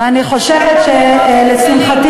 ואני חושבת שלשמחתי,